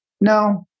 no